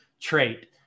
trait